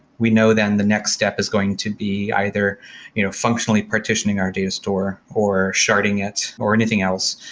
we know then the next step is going to be either you know functionally partitioning our data store, or sharding it, or anything else.